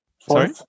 Sorry